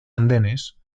andenes